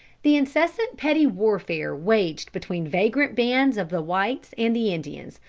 the incessant petty warfare waged between vagrant bands of the whites and the indians,